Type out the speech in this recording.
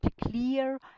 clear